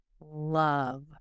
love